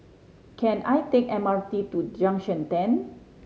can I take M R T to Junction Ten